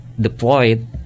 deployed